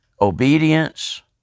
obedience